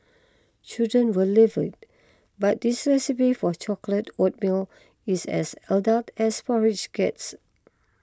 children will love it but this recipe for chocolate oatmeal is as adult as porridge gets